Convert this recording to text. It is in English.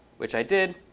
which i did,